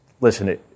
listen